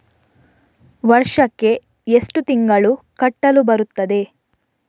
ವರ್ಷಕ್ಕೆ ಎಷ್ಟು ತಿಂಗಳು ಕಟ್ಟಲು ಬರುತ್ತದೆ?